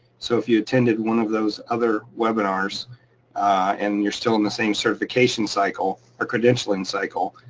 so if you attended one of those other webinars and you're still in the same certification cycle or credentialing cycle,